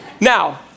now